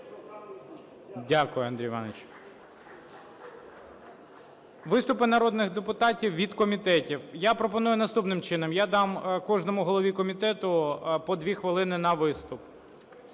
Дякую, Андрій Іванович. Виступи народних депутатів від комітетів. Я пропоную наступним чином, я дам кожному голові комітету по 2 хвилини на виступ.